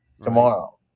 tomorrow